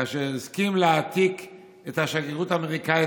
כאשר הסכים להעתיק את השגרירות האמריקאית